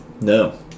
No